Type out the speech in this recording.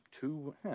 two